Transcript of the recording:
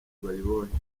bayibonye